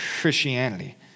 Christianity